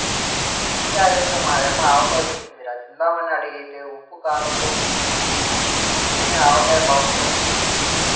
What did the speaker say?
ఉసిరిగాయలతో మా యమ్మ ఆవకాయ బెట్టిందిరా, తిందామని అడిగితే ఉప్పూ కారంలో ఊరితేనే ఆవకాయ బాగుంటదని జెప్పింది